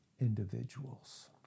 Individuals